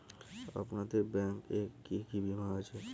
আপনাদের ব্যাংক এ কি কি বীমা আছে?